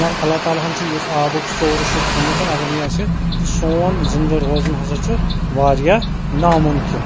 یا اللہ تالیٰ ہَن چھُ یُس آبُک سورُس چھُ تھوٚمُت اَگر نہٕ یہِ آسہِ تہٕ سون زِنٛدٕ روزُن ہسا چھُ واریاہ نامُنکِن